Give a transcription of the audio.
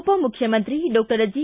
ಉಪಮುಖ್ಯಮಂತ್ರಿ doctor G